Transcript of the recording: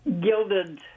gilded